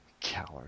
Coward